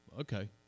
okay